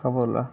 కబుర్ల